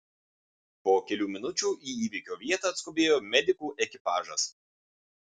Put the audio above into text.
po kelių minučių į įvykio vietą atskubėjo medikų ekipažas